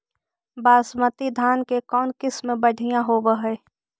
बासमती धान के कौन किसम बँढ़िया होब है?